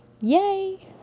yay